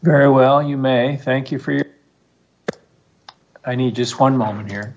very well you may thank you for your i need just one moment here